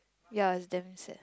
ya it's damn sad